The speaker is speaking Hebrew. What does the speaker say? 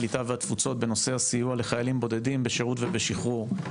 הקליטה והתפוצות בנושא הסיוע לחיילים בודדים בשירות ובשחרור.